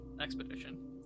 expedition